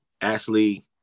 Ashley